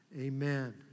amen